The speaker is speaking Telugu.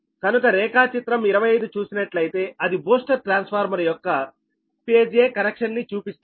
కనుక రేఖాచిత్రం 25 చూసినట్లయితే అది బూస్టర్ ట్రాన్స్ఫార్మర్ యొక్క ఫేజ్ 'a'కనెక్షన్ ని చూపిస్తోంది